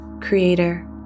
creator